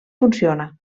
funciona